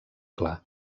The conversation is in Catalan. clar